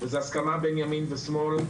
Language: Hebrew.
וזה הסכמה בין ימין ושמאל,